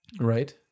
right